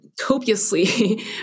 copiously